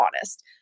honest